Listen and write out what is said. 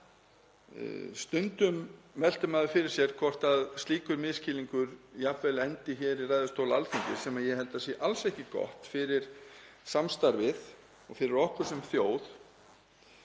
Stundum veltir maður fyrir sér hvort slíkur misskilningur endi jafnvel hér í ræðustól Alþingis, sem ég held að sé alls ekki gott fyrir samstarfið og fyrir okkur sem þjóð.